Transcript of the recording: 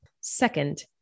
Second